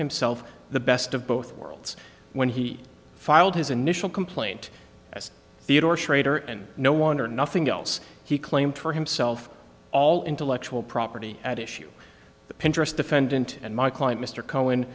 himself the best of both worlds when he filed his initial complaint as theodore schrader and no one or nothing else he claimed for himself all intellectual property at issue the pinterest defendant and my client mr c